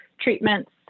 treatments